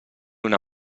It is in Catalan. una